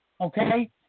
Okay